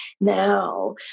now